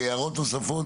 הערות נוספות?